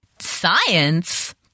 Science